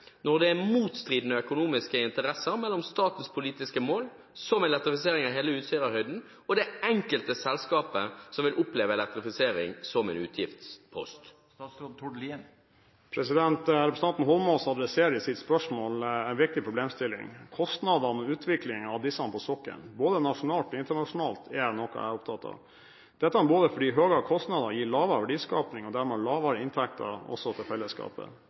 når det er motstridende økonomiske interesser mellom statens politiske mål, som elektrifisering av hele Utsira-høyden, og det enkelte selskapet som vil oppleve elektrifisering som en utgiftspost?» Representanten Eidsvoll Holmås adresserer i sitt spørsmål en viktig problemstilling. Kostnadene ved utvikling av disse på sokkelen, både nasjonalt og internasjonalt, er noe jeg er opptatt av. Det er fordi høye kostnader gir lavere verdiskaping og dermed lavere inntekter også til fellesskapet.